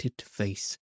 face